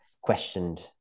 questioned